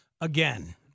again